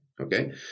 Okay